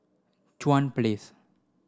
Chuan Place